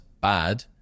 bad